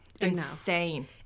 insane